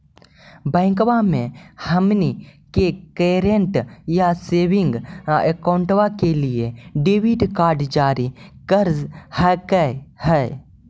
बैंकवा मे हमनी के करेंट या सेविंग अकाउंट के लिए डेबिट कार्ड जारी कर हकै है?